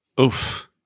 Oof